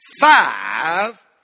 five